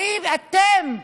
האם אתם,